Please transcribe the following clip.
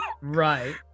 right